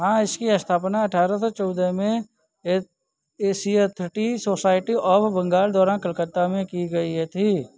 हाँ इसकी स्थापना अठारह सौ चौदह में Asiatic society of Bengal द्वारा कोलकाता में की गई यथी